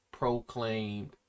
Proclaimed